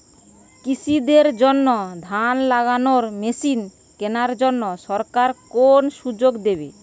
কৃষি দের জন্য ধান লাগানোর মেশিন কেনার জন্য সরকার কোন সুযোগ দেবে?